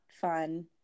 fun